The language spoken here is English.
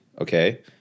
okay